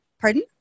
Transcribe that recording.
pardon